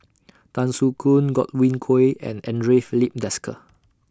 Tan Soo Khoon Godwin Koay and Andre Filipe Desker